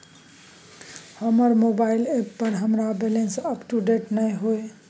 हमर mobile app पर हमरा बैलेंस अपडेट नय हय